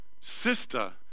sister